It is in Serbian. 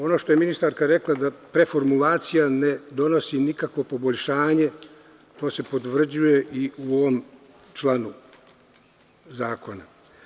Ono što je ministarka rekla, da preformulacija ne donosi nikakvo poboljšanje, to se potvrđuje i u ovom članu zakona.